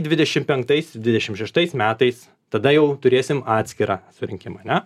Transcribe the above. dvidešim penktais dvidešim šeštais metais tada jau turėsime atskirą surinkimą a ne